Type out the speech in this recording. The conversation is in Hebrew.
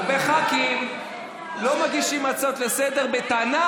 הרבה ח"כים לא מגישים הצעות לסדר-היום בטענה